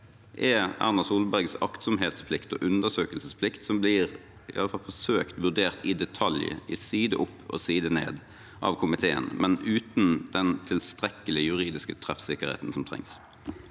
er Erna Solbergs aktsomhetsplikt og undersøkelsesplikt som blir forsøkt vurdert i detalj, side opp og side ned, av komiteen, men uten den tilstrekkelige juridiske treffsikkerheten som trengs,